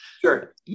Sure